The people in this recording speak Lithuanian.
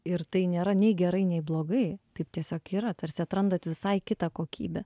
ir tai nėra nei gerai nei blogai taip tiesiog yra tarsi atrandat visai kitą kokybę